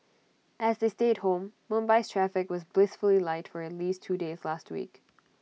as they stayed home Mumbai's traffic was blissfully light for at least two days last week